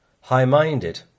high-minded